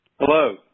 Hello